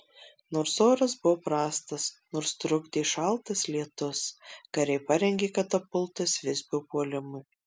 nors oras buvo prastas nors trukdė šaltas lietus kariai parengė katapultas visbio puolimui